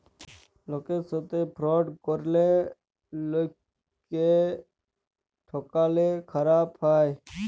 লকের সাথে ফ্রড ক্যরলে লকক্যে ঠকালে খারাপ হ্যায়